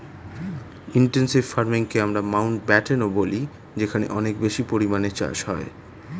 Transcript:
intensive ফার্মিংকে আমরা মাউন্টব্যাটেনও বলি যেখানে অনেক বেশি পরিমাণে চাষ হয়